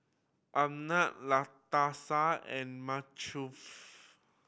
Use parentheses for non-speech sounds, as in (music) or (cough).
Arnett Latasha and (unintelligible)